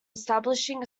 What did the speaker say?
establishing